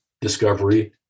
discovery